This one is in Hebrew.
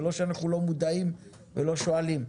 זה לא שאנחנו לא מודעים ולא שואלים.